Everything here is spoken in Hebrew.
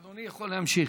אדוני יכול להמשיך.